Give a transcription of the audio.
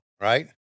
right